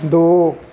ਦੋ